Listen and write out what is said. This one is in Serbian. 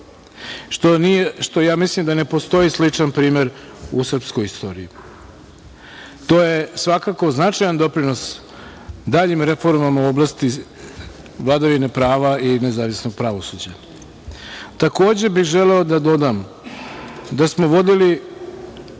što ja mislim da ne postoji sličan primer u srpskoj istoriji. To je svakako značajan doprinos daljim reformama u oblasti vladavine prava i nezavisnog pravosuđa. Takođe bih želeo da dodam da smo vodili jedan